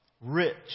rich